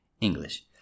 English